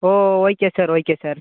O okay sir okay sir